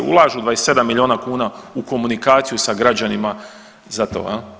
Ulažu 27 miliona kuna u komunikaciju sa građanima za to.